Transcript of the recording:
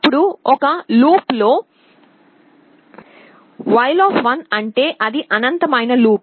అప్పుడు ఒక లూప్లో అంటే అది అనంతమైన లూప్